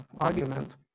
argument